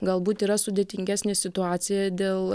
galbūt yra sudėtingesnė situacija dėl